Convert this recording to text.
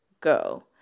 go